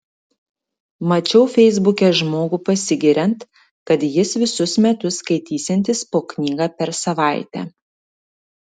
mačiau feisbuke žmogų pasigiriant kad jis visus metus skaitysiantis po knygą per savaitę